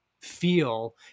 feel